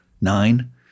Nine